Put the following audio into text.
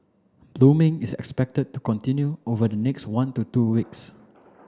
blooming is expected to continue over the next one to two weeks